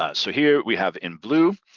ah so here we have in blue,